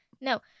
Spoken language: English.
No